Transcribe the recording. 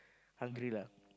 hungry lah